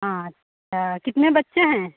अच्छा कितने बच्चे हैं